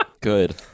Good